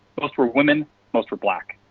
but most were women, most were black.